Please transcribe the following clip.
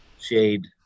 shade